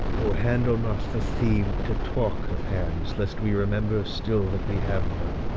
o, handle not the theme, to talk of hands, lest we remember still that we have none.